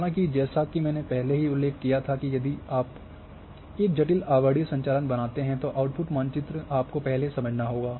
हालाँकि जैसा कि मैंने पहले उल्लेख किया था कि यदि आप एक जटिल आवरणीय संचालन बनाते हैं तो आउटपुट मानचित्र आपको पहले समझना होगा